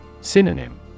Synonym